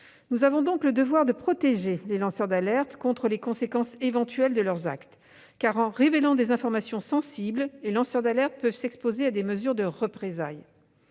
Nous avons donc le devoir de protéger les lanceurs d'alerte contre les conséquences éventuelles de leurs actes. Car, en révélant des informations sensibles, les lanceurs d'alerte peuvent s'exposer à des mesures de représailles.